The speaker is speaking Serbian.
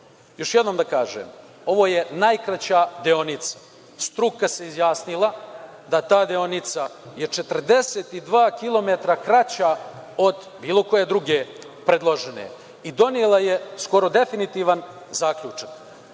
jednom da kažem ovo je najkraća deonica. Struka se izjasnila da ta deonica je 42 kilometra kraća od bilo koje druge predložene i donela je skoro definitivan zaključak. Žao